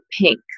pink